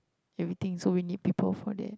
everything so we need people for that